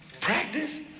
Practice